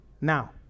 Now